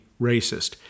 racist